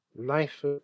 life